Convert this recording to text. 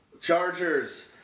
Chargers